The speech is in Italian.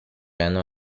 erano